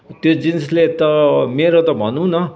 त्यो जिन्सले त मेरो त भनौँ न